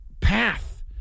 path